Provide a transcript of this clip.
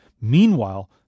Meanwhile